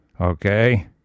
Okay